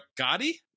Gotti